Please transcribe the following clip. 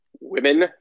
women